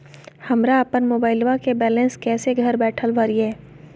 हमरा अपन मोबाइलबा के बैलेंस कैसे घर बैठल भरिए?